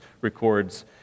records